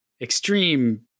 extreme